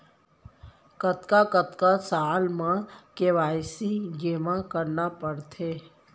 कतका कतका साल म के के.वाई.सी जेमा करना पड़थे?